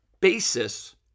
basis